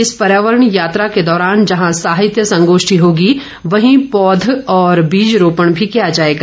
इस पर्यावरण यात्रा के दौरान जहां साहित्य संगोष्ठी होगी वहीं पौध और बीजरोपण भी किया जाएगा